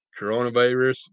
Coronavirus